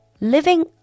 Living